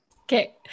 Okay